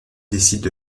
décident